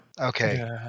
okay